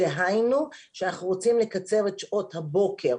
דהיינו שאנחנו רוצים לקצר את שעות הבוקר.